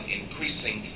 increasing